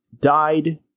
died